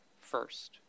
first